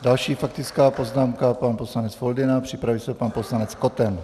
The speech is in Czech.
Další faktická poznámka, pan poslanec Foldyna, připraví se pan poslanec Koten.